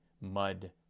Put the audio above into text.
Mud